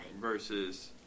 Versus